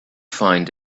find